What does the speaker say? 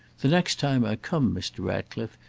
the next time i come, mr. ratcliffe,